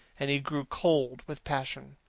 and he grew cold with passion.